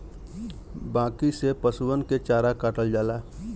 बांकी से पसुअन के चारा काटल जाला